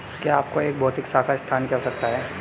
क्या आपको एक भौतिक शाखा स्थान की आवश्यकता है?